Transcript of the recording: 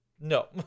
No